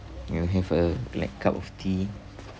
and I have a black cup of tea